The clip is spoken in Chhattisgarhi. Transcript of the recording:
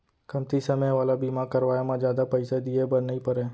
कमती समे वाला बीमा करवाय म जादा पइसा दिए बर नइ परय